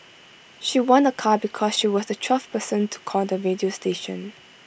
she won A car because she was the twelfth person to call the radio station